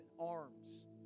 arms